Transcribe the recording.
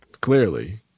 clearly